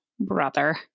Brother